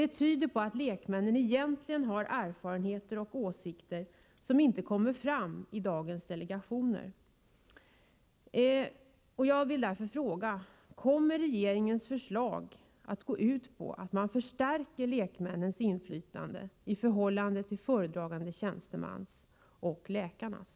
Det tyder på att lekmännen egentligen har erfarenheter och åsikter som inte kommer fram i dagens delegationer. Därför vill jag fråga: Kommer regeringens förslag att gå ut på att lekmännens inflytande förstärks i förhållande till föredragande tjänstemans och läkarnas?